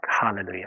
Hallelujah